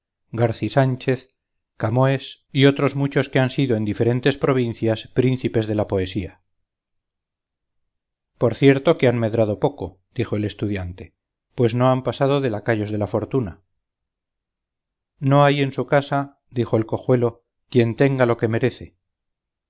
garci sánchez camoes y otros muchos que han sido en diferentes provincias príncipes de la poesía por cierto que han medrado poco dijo el estudiante pues no han pasado de lacayos de la fortuna no hay en su casa dijo el cojuelo quien tenga lo que merece